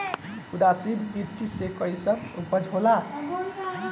उदासीन मिट्टी में कईसन उपज होला?